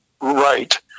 right